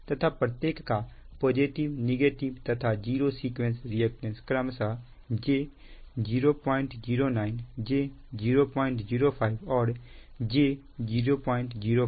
तथा प्रत्येक का पॉजिटिव नेगेटिव तथा जीरो सीक्वेंस रिएक्टेंस क्रमश j009 j 005 और j004 pu है